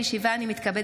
אני קובע